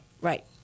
Right